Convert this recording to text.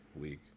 week